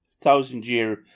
Thousand-year